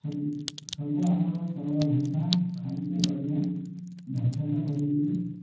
ସବୁ ସବୁ ଆମର ସରଳ ଭାଷା ଖାଣ୍ଟି ଓଡ଼ିଆ ଭାଷାଟା କହିକି